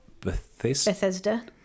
Bethesda